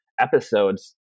episodes